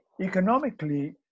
Economically